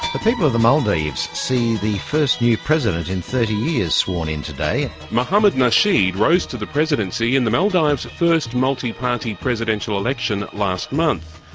the people of the maldives see the first new president in thirty years sworn in today. mohammad nasheed rose to the presidency in the maldives' first multi-party presidential election last month,